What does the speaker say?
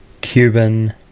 cuban